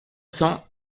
cents